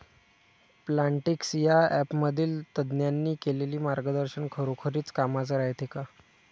Plantix या ॲपमधील तज्ज्ञांनी केलेली मार्गदर्शन खरोखरीच कामाचं रायते का?